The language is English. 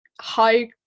high